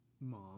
mom